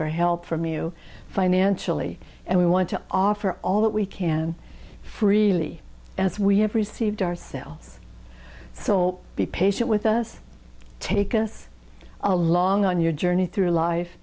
for help from you financially and we want to offer all that we can freely as we have received ourselves so be patient with us take us along on your journey through life